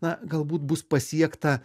na galbūt bus pasiekta